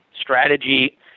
strategy